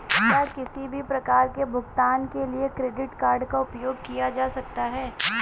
क्या किसी भी प्रकार के भुगतान के लिए क्रेडिट कार्ड का उपयोग किया जा सकता है?